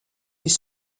les